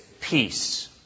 peace